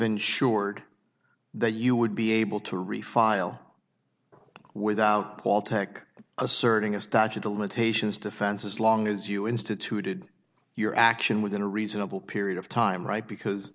ensured that you would be able to refile without call tech asserting a statute of limitations defense as long as you instituted your action within a reasonable period of time right because